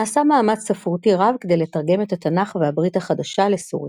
נעשה מאמץ ספרותי רב כדי לתרגם את התנ"ך והברית החדשה לסורית.